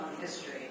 history